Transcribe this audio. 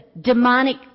demonic